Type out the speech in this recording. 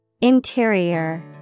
Interior